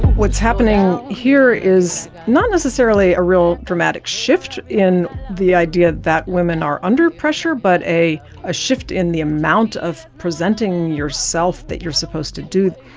what's happening here is not necessarily a real dramatic shift in the idea that women are under pressure, but a ah shift in the amount of presenting yourself that you are supposed to do.